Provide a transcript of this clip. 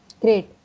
Great